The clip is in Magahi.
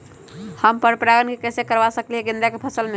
हम पर पारगन कैसे करवा सकली ह गेंदा के फसल में?